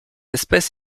espèce